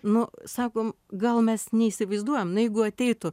nu sakom gal mes neįsivaizduojam nu jeigu ateitų